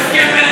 טרדן),